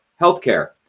healthcare